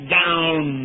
down